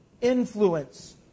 influence